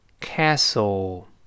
castle